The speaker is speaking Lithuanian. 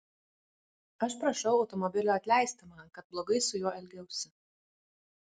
aš prašau automobilio atleisti man kad blogai su juo elgiausi